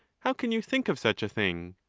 how can you think of such a thing?